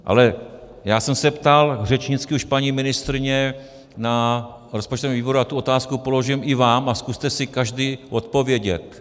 Ale já jsem se ptal řečnicky už paní ministryně na rozpočtovém výboru a tu otázku položím i vám a zkuste si každý odpovědět.